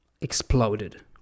exploded